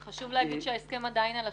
חשוב לומר שההסכם עדיין על השולחן.